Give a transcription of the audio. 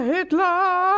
Hitler